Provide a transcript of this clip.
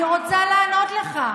אני רוצה לענות לך.